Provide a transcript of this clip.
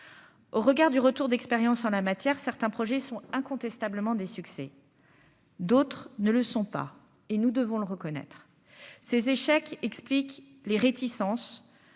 au regard du retour d'expérience en la matière, certains projets sont incontestablement des succès. D'autres ne le sont pas, et nous devons le reconnaître ses échecs explique les réticences